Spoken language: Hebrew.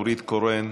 נורית קורן.